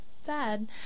sad